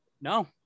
No